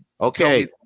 okay